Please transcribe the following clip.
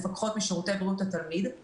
מספקות בקשר להשלמת חומרי הלימוד שהתלמידים